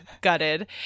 gutted